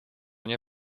nie